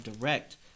Direct